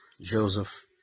Joseph